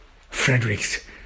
Frederick's